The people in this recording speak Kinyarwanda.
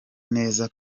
neza